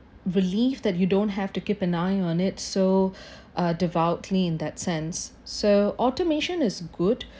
relief that you don't have to keep an eye on it so uh devoutly in that sense so automation is good